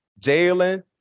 Jalen